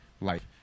life